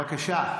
בבקשה.